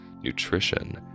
nutrition